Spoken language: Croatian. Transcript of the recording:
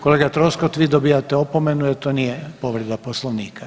Kolega Troskot vi dobivate opomenu, jer to nije povreda Poslovnika.